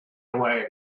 away